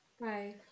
Bye